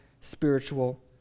spiritual